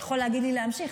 אתה יכול להגיד לי להמשיך,